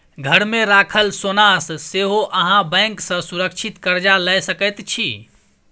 घरमे राखल सोनासँ सेहो अहाँ बैंक सँ सुरक्षित कर्जा लए सकैत छी